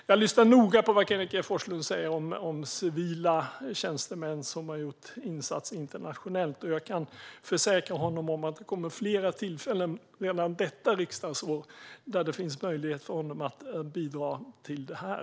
Jag lyssnar noga på vad Kenneth G Forslund säger om civila tjänstemän som har gjort insatser internationellt, och jag kan försäkra honom om att det kommer fler tillfällen redan detta riksdagsår med möjligheter för honom att bidra till det här.